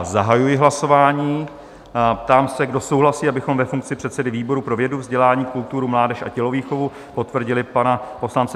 Zahajuji hlasování a ptám se, kdo souhlasí, abychom ve funkci předsedy výboru pro vědu, vzdělání, kulturu, mládež a tělovýchovu potvrdili pana poslance Iva Vondráka?